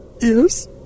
Yes